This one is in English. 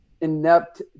inept